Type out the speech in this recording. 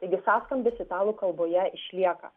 taigi sąskambis italų kalboje išlieka